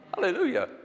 Hallelujah